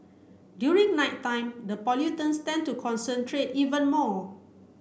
during nighttime the pollutants tend to concentrate even more